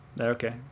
Okay